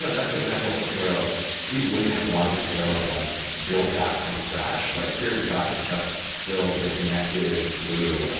and that's an example of something where like we wouldn't have wanted to go and like build that from scratch, but here we got to just build the connective glue,